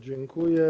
Dziękuję.